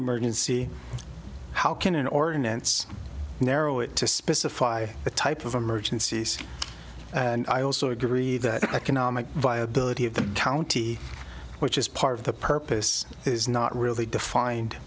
emergency how can an ordinance narrow it to specify the type of emergencies and i also agree that economic viability of the county which is part of the purpose is not really defined